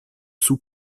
sous